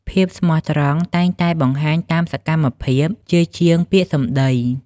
ភាពស្មោះត្រង់តែងតែបង្ហាញតាមសកម្មភាព ជាជាងពាក្យសម្ដី។